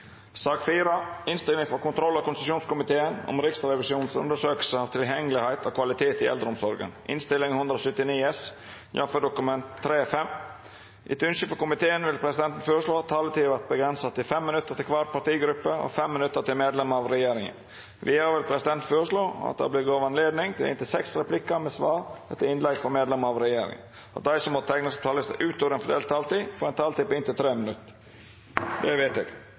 vil presidenten føreslå at taletida vert avgrensa til 5 minutt til kvar partigruppe og 5 minutt til medlemer av regjeringa. Vidare vil presidenten føreslå at det – innanfor den fordelte taletida – vert gjeve anledning til inntil seks replikkar med svar etter innlegg frå medlemer av regjeringa, og at dei som måtte teikna seg på talarlista utover den fordelte taletida, får ei taletid på inntil 3 minutt. – Det er vedteke.